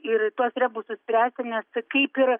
ir tuos rebusus spręsti nes kaip ir